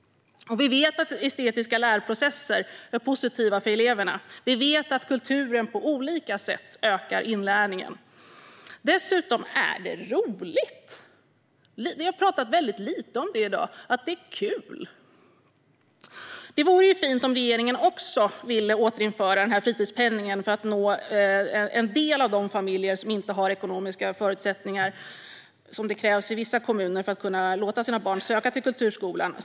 Vi vet att estetiska lärprocesser är positiva för eleverna. Vi vet att kulturen på olika sätt ökar inlärningen. Dessutom är kultur roligt. Vi har i dag talat väldigt lite om att kultur är kul. Det vore fint om regeringen också ville återinföra denna fritidspeng för att nå en del av de familjer som inte har de ekonomiska förutsättningar som krävs i vissa kommuner för att låta sina barn söka till kulturskolan.